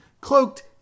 Cloaked